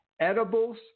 Edibles